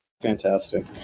Fantastic